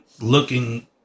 looking